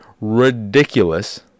ridiculous